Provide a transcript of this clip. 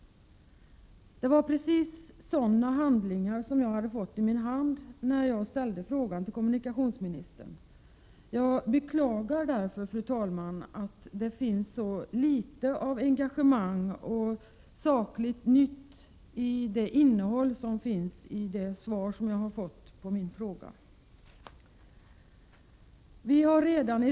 Det var precis sådana handlingar som jag hade fått tillgång till när jag ställde den här frågan till kommunikationsministern. Jag beklagar, fru talman, att det finns så litet av engagemang och sakligt nytt i det svar som jag har fått på min fråga.